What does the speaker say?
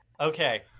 okay